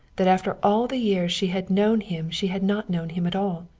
that after all the years she had known him she had not known him at all.